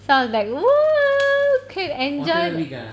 so I was like !woohoo! can enjoy